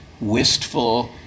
wistful